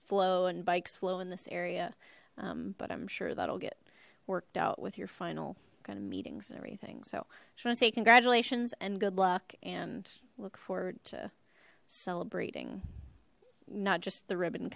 flow and bikes flow in this area um but i'm sure that'll get worked out with your final kind of meetings and everything so i just want to say congratulations and good luck and look forward to celebrating not just the ribbon